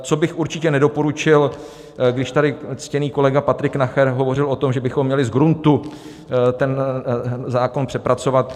Co bych určitě nedoporučil, když tady ctěný kolega Patrik Nacher hovořil o tom, že bychom měli z gruntu ten zákon přepracovat.